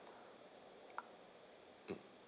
mm